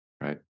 right